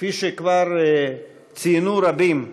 כפי שכבר ציינו רבים,